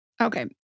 Okay